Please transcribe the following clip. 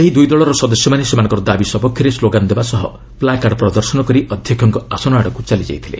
ସେହି ଦୁଇଦଳର ସଦସ୍ୟମାନେ ସେମାନଙ୍କ ଦାବି ସପକ୍ଷରେ ସ୍କୋଗାନ୍ ଦେବା ସହ ପ୍ଲାକାର୍ଡ ପ୍ରଦର୍ଶନ କରି ଅଧ୍ୟକ୍ଷଙ୍କ ଆସନ ଆଡ଼କୁ ଚାଲିଯାଇଥିଲେ